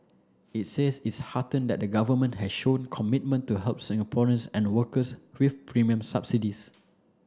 it says it's heartened that the government has shown commitment to help Singaporeans and workers with premium subsidies